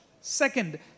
second